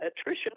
attrition